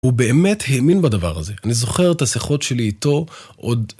הוא באמת האמין בדבר הזה. אני זוכר את השיחות שלי איתו עוד